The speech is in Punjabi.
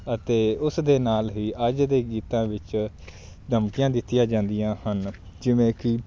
ਅਤੇ ਉਸ ਦੇ ਨਾਲ ਹੀ ਅੱਜ ਦੇ ਗੀਤਾਂ ਵਿੱਚ ਧਮਕੀਆਂ ਦਿੱਤੀਆਂ ਜਾਂਦੀਆਂ ਹਨ ਜਿਵੇਂ ਕਿ